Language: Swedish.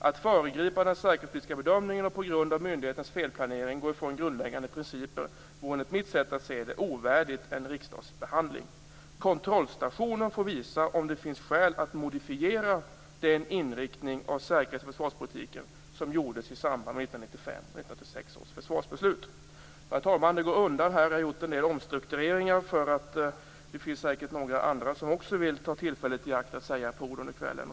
Att föregripa den säkerhetspolitiska bedömningen och på grund av myndighetens felplaneringar gå ifrån grundläggande principer vore enligt mitt sätt att se det ovärdigt en riksdagsbehandling. Kontrollstationen får visa om det finns skäl att modifiera den inriktning av säkerhets och försvarspolitiken som gjordes i samband med 1995 och 1996 Fru talman! Det går undan här. Jag har gjort en del omstruktureringar, för det finns säkert många andra som vill ta tillfället i akt att säga några ord under kvällen.